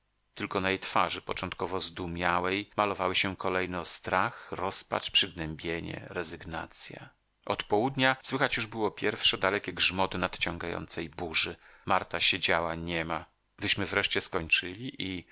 tylko na jej twarzy początkowo zdumiałej malowały się kolejno strach rozpacz przygnębienie rezygnacja od południa słychać już było pierwsze dalekie grzmoty nadciągającej burzy marta siedziała niema gdyśmy wreszcie skończyli i